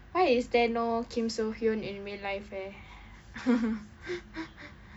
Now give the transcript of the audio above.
why is there no kim soo hyun in real life eh